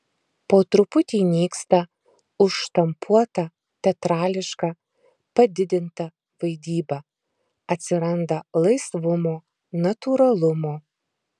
po truputį nyksta užštampuota teatrališka padidinta vaidyba atsiranda laisvumo natūralumo